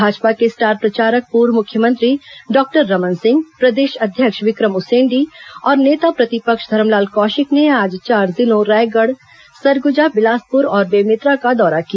भाजपा के स्टार प्रचारक पूर्व मुख्यमंत्री डॉक्टर रमन सिंह प्रदेश अध्यक्ष विक्रम उसेंडी और नेता प्रतिपक्ष धरमलाल कौशिक ने आज चार जिलों रायगढ़ सरग्जा बिलासपुर और बेमेतरा का दौरा किया